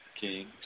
King